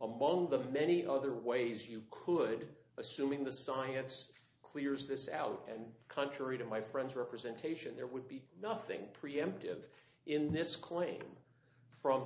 among the many other ways you could assuming the science clears this out and country to my friend's representation there would be nothing preemptive in this claim from